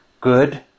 Good